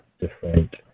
different